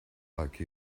like